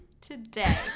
Today